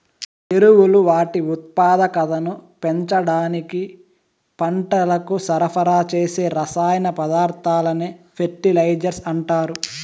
ఎరువులు వాటి ఉత్పాదకతను పెంచడానికి పంటలకు సరఫరా చేసే రసాయన పదార్థాలనే ఫెర్టిలైజర్స్ అంటారు